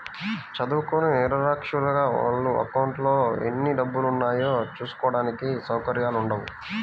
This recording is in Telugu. చదువుకోని నిరక్షరాస్యులకు వాళ్ళ అకౌంట్లలో ఎన్ని డబ్బులున్నాయో చూసుకోడానికి సౌకర్యాలు ఉండవు